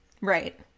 right